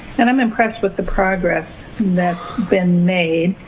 and i'm impressed with the progress that's been made.